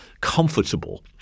comfortable